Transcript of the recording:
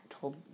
told